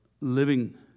living